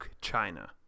China